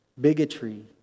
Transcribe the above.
bigotry